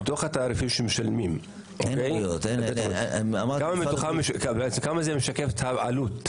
מתוך התעריפים שמשלמים, כמה זה משקף את העלות?